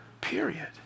period